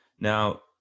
Now